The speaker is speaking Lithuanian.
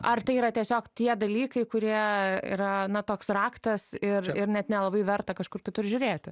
ar tai yra tiesiog tie dalykai kurie yra na toks raktas ir ir net nelabai verta kažkur kitur žiūrėti